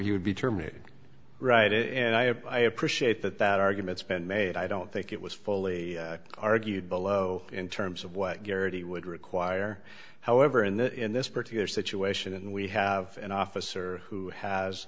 would be terminated right and i have i appreciate that that argument's been made i don't think it was fully argued below in terms of what garrity would require however and in this particular situation and we have an officer who has